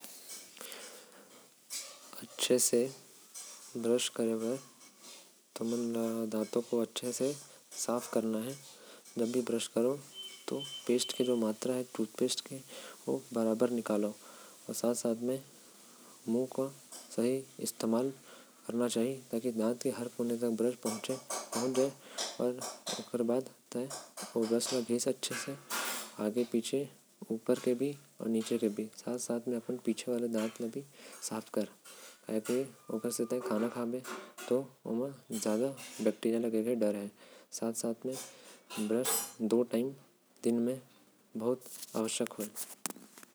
दांत ला अच्छे से साफ करे बर पहिले दांत के हर कोना म ब्रश फेरना है। ओकर बाद ओमा अच्छे से रगड़े के बाद पानी से मुंह साफ कर लेना है।